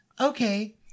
Okay